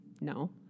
No